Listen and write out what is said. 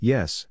Yes